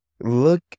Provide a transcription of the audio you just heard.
Look